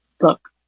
Look